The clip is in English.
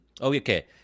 okay